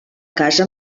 casa